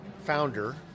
founder